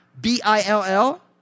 B-I-L-L